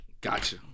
Gotcha